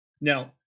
Now